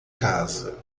casa